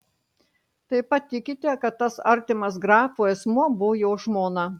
taip pat tikite kad tas artimas grafui asmuo buvo jo žmona